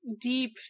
deep